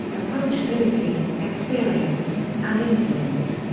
approachability, experience, and influence.